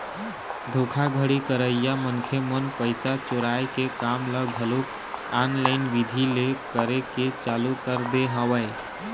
धोखाघड़ी करइया मनखे मन पइसा चोराय के काम ल घलोक ऑनलाईन बिधि ले करे के चालू कर दे हवय